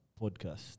podcast